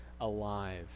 alive